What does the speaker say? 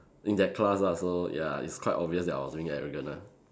in that class lah so ya it's quite obvious that I was being arrogant lah